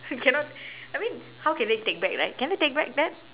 cannot I mean how can they take back right can they take back that